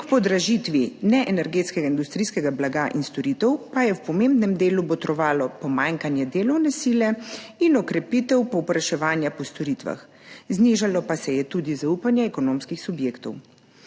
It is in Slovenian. k podražitvi neenergetskega industrijskega blaga in storitev pa sta v pomembnem delu botrovala pomanjkanje delovne sile in okrepitev povpraševanja po storitvah, znižalo pa se je tudi zaupanje ekonomskih subjektov.